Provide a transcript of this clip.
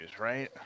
right